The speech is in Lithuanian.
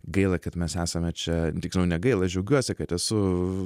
gaila kad mes esame čia tiksliau negaila aš džiaugiuosi kad esu